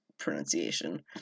pronunciation